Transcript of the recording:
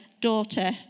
daughter